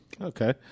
Okay